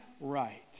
right